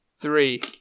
three